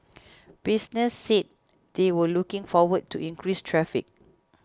businesses said they were looking forward to increased traffic